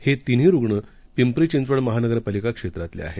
हे तिन्ही रूग्ण पिंपरी चिंचवड महानगरपालिका क्षेत्रातले आहेत